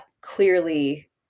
clearly